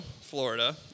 Florida